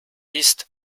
ist